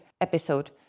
episode